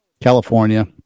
California